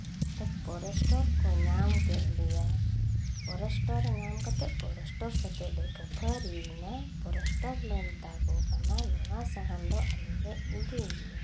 ᱛᱚ ᱯᱷᱚᱨᱮᱥᱴᱚᱨ ᱠᱚ ᱧᱟᱢ ᱠᱮᱫ ᱞᱮᱭᱟ ᱯᱷᱚᱨᱮᱥᱴᱟᱨᱮ ᱧᱟᱢ ᱠᱟᱛᱮ ᱯᱷᱚᱨᱮᱥᱴᱟᱨ ᱥᱟᱛᱮ ᱞᱮ ᱠᱷᱟᱹᱯᱟᱹᱨᱤᱭᱮᱱᱟ ᱯᱷᱚᱨᱮᱥᱴᱟᱨ ᱞᱮ ᱢᱮᱛᱟ ᱠᱚ ᱠᱟᱱᱟ ᱱᱚᱣᱟ ᱥᱟᱦᱟᱱ ᱫᱚ ᱟᱞᱮ ᱞᱮ ᱤᱫᱤ ᱜᱮᱭᱟ